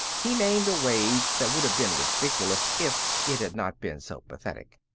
he named a wage that would have been ridiculous if it had not been so pathetic.